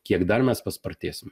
kiek dar mes paspartėsim